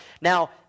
Now